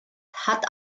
hat